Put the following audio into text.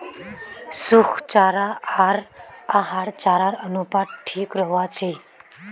सुखा चारा आर हरा चारार अनुपात ठीक रोह्वा चाहि